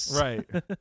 Right